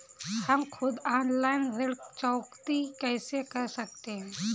हम खुद ऑनलाइन ऋण चुकौती कैसे कर सकते हैं?